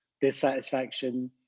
dissatisfaction